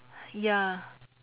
ya